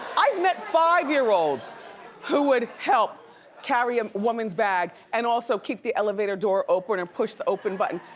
i've met five-year-olds who would help carry a woman's bag and also keep the elevator door open and push the open button.